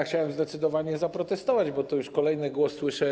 Chciałem zdecydowanie zaprotestować, bo już kolejny raz to słyszę.